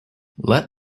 let